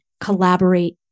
collaborate